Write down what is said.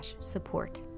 support